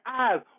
eyes